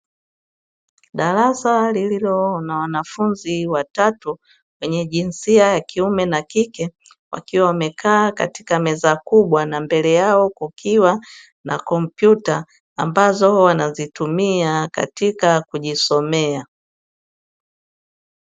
Darasa lililo na wanafunzi watatu wenye jinsia ya kiume na kike wakiwa wamekaa katika meza kubwa na mbele yao kukiwa na kompyuta ambazo wanazitumia katika kujisomea .